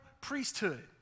priesthood